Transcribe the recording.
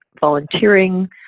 volunteering